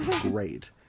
Great